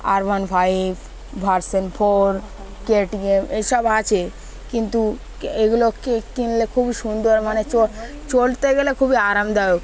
আর one five version four K T M এসব আছে কিন্তু এগুলো কে কিনলে খুবই সুন্দর মানে চলতে গেলে খুবই আরামদায়ক